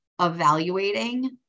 evaluating